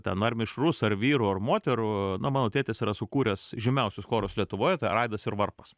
ten ar mišrus ar vyrų ar moterų na mano tėtis yra sukūręs žymiausius chorus lietuvoje tai yra aidas ir varpas